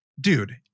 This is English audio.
Dude